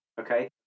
Okay